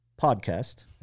podcast